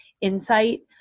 insight